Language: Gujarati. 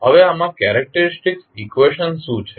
હવે આમાં કેરેક્ટેરીસ્ટીક ઇકવેશન શું છે